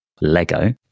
Lego